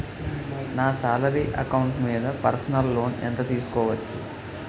నా salary account మీద personal loan ఎంత తీసుకోవచ్చు?